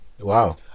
Wow